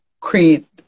create